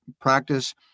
practice